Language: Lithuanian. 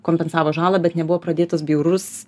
kompensavo žalą bet nebuvo pradėtas bjaurus